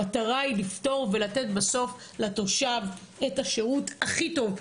המטרה היא לפתור ולתת בסוף לתושב את השירות הכי טוב.